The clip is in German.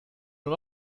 nur